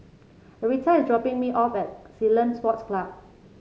Arietta is dropping me off at Ceylon Sports Club